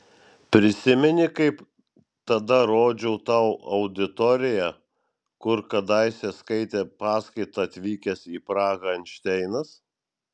prisimeni kaip tada rodžiau tau auditoriją kur kadaise skaitė paskaitą atvykęs į prahą einšteinas